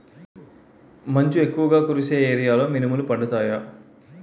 మంచు ఎక్కువుగా కురిసే ఏరియాలో మినుములు పండుతాయా?